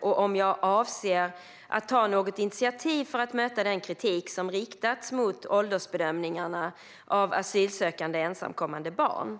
och om jag avser att ta något initiativ för att möta den kritik som riktats mot åldersbedömningarna av asylsökande ensamkommande barn.